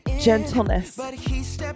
gentleness